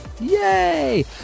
Yay